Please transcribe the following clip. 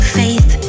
faith